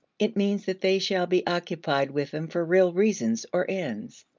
it means that they shall be occupied with them for real reasons or ends,